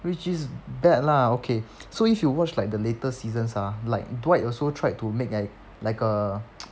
which is bad lah okay so you should watch like the latest seasons ah like dwight also tried to make a like a